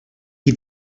qui